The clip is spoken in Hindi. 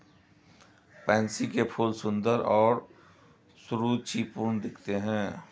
पैंसी के फूल सुंदर और सुरुचिपूर्ण दिखते हैं